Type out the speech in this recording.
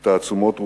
את תעצומות רוחם,